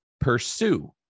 pursue